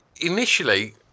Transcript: initially